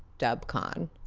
dubcon.